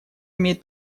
имеет